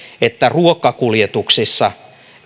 että ruokakuljetuksissa